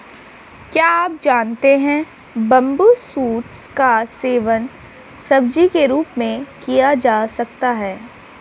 क्या आप जानते है बम्बू शूट्स का सेवन सब्जी के रूप में किया जा सकता है?